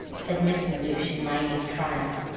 said miss melhuish, in naive triumph.